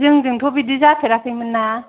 जोंजोंथ' बिदि जाफेराखैमोन ना